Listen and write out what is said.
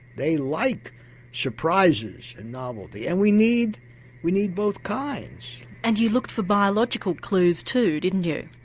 they like surprises and novelty and we need we need both kinds. and you looked for biological clues too didn't you?